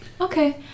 Okay